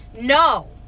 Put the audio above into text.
no